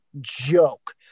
joke